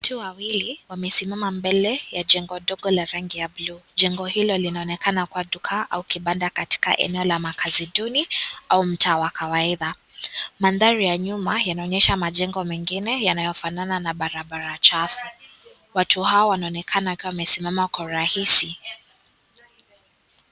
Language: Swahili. Watu wawili wamesimama mbele ya jengo dog la rangi ya bluu. Jengo hili linaonekana kuwa duka au kibanda katika mji duni au mtaa wa kawaida. mandhari ya nyuma yanaonyesha mazingira ya barabara chafu. watu hao wawili wamesimama.